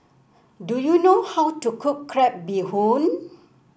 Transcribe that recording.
do you know how to cook Crab Bee Hoon